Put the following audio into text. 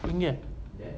எங்க:enga